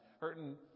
hurting